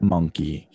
Monkey